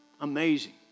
Amazing